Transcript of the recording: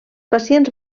pacients